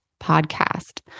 podcast